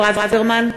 בושה.